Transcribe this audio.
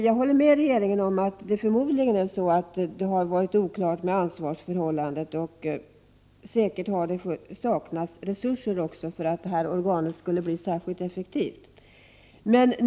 Jag håller dock med regeringen om att det förmodligen rått oklarhet om ansvarsförhållandena och att det säkerligen också saknats resurser för att göra organet effektivt.